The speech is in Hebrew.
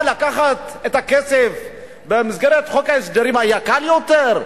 מה, לקחת את הכסף במסגרת חוק ההסדרים היה קל יותר?